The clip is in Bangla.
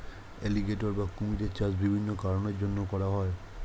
অ্যালিগেটর বা কুমিরের চাষ বিভিন্ন কারণের জন্যে করা হয়